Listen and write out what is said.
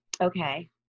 Okay